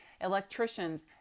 electricians